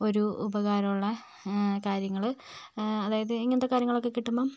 ഒരു ഉപകാരുള്ള കാര്യങ്ങൾ അതായത് ഇങ്ങനത്തെ കാര്യങ്ങളൊക്കെ കിട്ടുമ്പോൾ